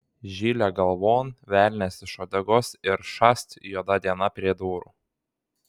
žilė galvon velnias iš uodegos ir šast juoda diena prie durų